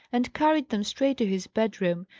and carried them straight to his bedroom,